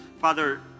Father